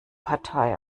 partei